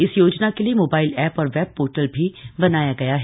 इस योजना के लिए मोबाइल ऐप और वेब पोर्टल भी बनाया गया है